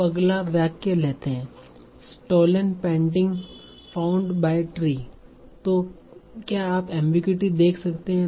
अब अगला वाक्य लेते है stolen painting found by tree तो क्या आप एमबीगुइटी देख सकते हैं